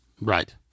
Right